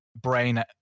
brain